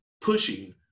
pushing